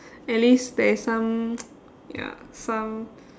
at least there is some ya some